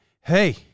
Hey